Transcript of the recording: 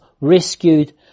rescued